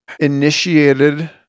initiated